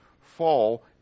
fall